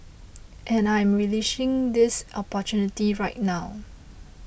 and I am relishing this opportunity right now